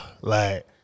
like-